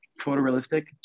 photorealistic